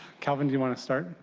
calvin, do you want to start?